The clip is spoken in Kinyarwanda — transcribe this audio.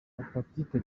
hepatite